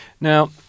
Now